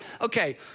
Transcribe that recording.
okay